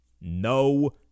No